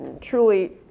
truly